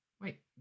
wait